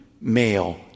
male